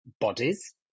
bodies